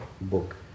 book